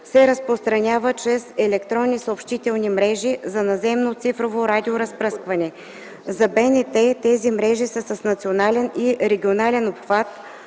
се разпространяват чрез електронни съобщителни мрежи за наземно цифрово радиоразпръскване. За БНТ тези мрежи са с национален и регионален обхват,